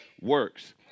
works